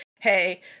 hey